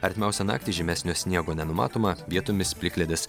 artimiausią naktį žymesnio sniego nenumatoma vietomis plikledis